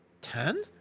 Ten